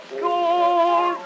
School